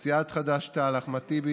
מסיעת חד"ש-תע"ל: אחמד טיבי,